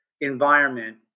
environment